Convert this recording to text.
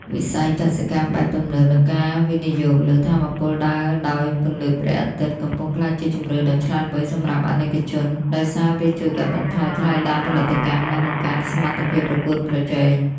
វិស័យ កសិកម្មបែបទំនើប និងការវិនិយោគលើ ថាមពលដើរដោយពន្លឺព្រះអាទិត្យ កំពុងក្លាយជាជម្រើសដ៏ឆ្លាតវៃសម្រាប់អាណិកជន ដោយសារវាជួយកាត់បន្ថយថ្លៃដើមផលិតកម្ម និងបង្កើនសមត្ថភាពប្រកួតប្រជែង។